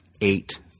eight